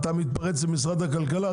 אתה מתפרץ למשרד הכלכלה?